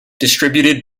distributed